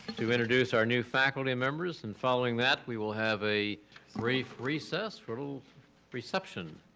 to introduce our new faculty members and following that we will have a brief recess for a little reception.